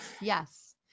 yes